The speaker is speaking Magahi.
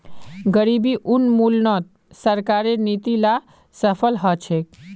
गरीबी उन्मूलनत सरकारेर नीती ला सफल ह छेक